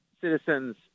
citizens